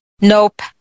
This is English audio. Nope